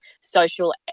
social